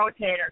rotator